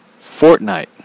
Fortnite